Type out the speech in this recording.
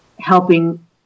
helping